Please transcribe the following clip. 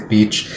Beach